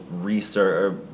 research